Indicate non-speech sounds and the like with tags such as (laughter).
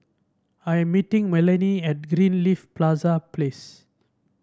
I'm meeting Melanie at Greenleaf (unintelligible) place